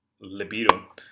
libido